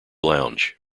lounge